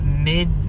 mid